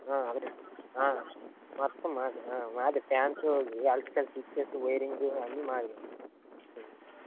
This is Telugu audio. అలాగే మొత్తం మావే మాదే ఫ్యాన్సు ఎలక్ట్రికల్ స్విచెస్సు వైరింగు అన్నీ మావే